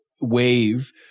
wave